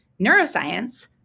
neuroscience